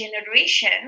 generation